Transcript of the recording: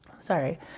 sorry